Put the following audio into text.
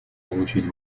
получить